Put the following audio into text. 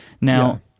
Now